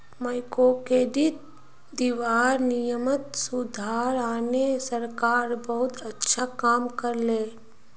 microcredit दीबार नियमत सुधार आने सरकार बहुत अच्छा काम कर ले